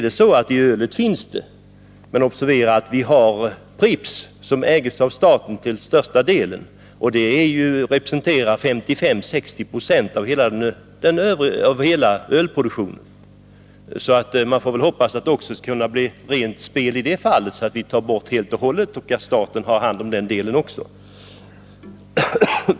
Detta finns — men observera att vi har Pripps, som äges av staten till största delen och som representerar 55-60 96 av hela ölproduktionen. Man får hoppas att det skall kunna bli rent spel även i det fallet, så att vi tar bort vinstintresset helt och hållet och staten tar hand om den övriga delen också.